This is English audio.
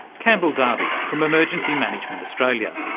campbell darby from emergency management australia.